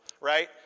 right